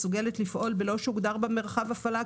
מסוגלת לפעול בלא שהוגדר בה מרחב הפעלה,